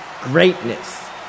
greatness